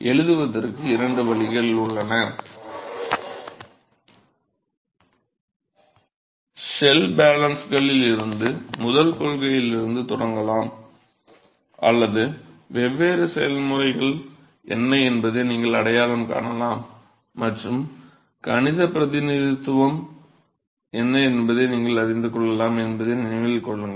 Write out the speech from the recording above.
எழுதுவதற்கு 2 வழிகள் உள்ளன ஷெல் பேலன்ஸ்களில் இருந்து முதல் கொள்கைகளிலிருந்து தொடங்கலாம் அல்லது வெவ்வேறு செயல்முறைகள் என்ன என்பதை நீங்கள் அடையாளம் காணலாம் மற்றும் கணித பிரதிநிதித்துவம் என்ன என்பதை நீங்கள் அறிந்து கொள்ளலாம் என்பதை நினைவில் கொள்ளுங்கள்